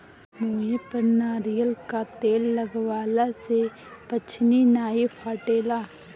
मुहे पर नारियल कअ तेल लगवला से पछ्नी नाइ फाटेला